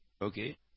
Okay